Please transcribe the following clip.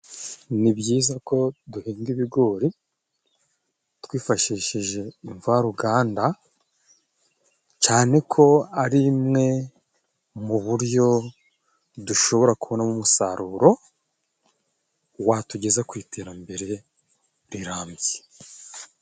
Ni byiza ko duhinga ibigori twifashishije imvaruganda, cyane ko arimwe mu buryo dushobora kubonamo umusaruro watugeza ku iterambere rirambye.